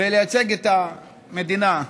ולייצג את המדינה.